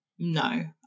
No